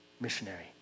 missionary